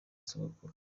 sogokuru